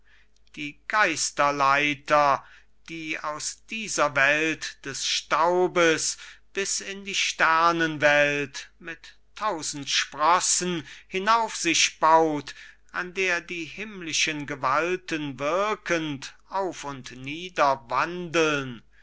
die geisterleiter die aus dieser welt des staubes bis in die sternenwelt mit tausend sprossen hinauf sich baut an der die himmlischen gewalten wirkend auf und nieder wandeln